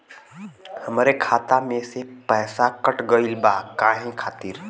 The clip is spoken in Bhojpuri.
हमरे खाता में से पैसाकट गइल बा काहे खातिर?